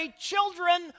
children